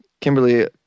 Kimberly